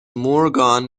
مورگان